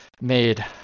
made